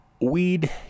weed